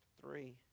three